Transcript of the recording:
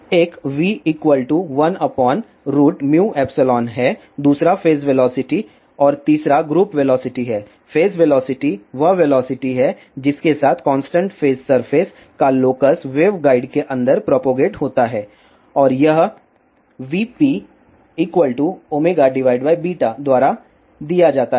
एक v 1μϵ है दूसरा फेज वेलोसिटी है और तीसरा ग्रुप वेलोसिटी है फेज वेलोसिटी वह वेलोसिटी है जिसके साथ कांस्टेंट फेज सरफेस का लोकस वेवगाइड के अंदर प्रोपगेट होता है और यह vp द्वारा दिया जाता है